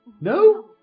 No